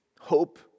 hope